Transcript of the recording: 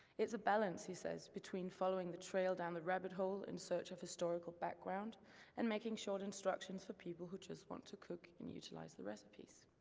it's a balance, he says, between following the trail down the rabbit hole in search of historical background and making short instructions for people who just want to cook and utilize the recipes.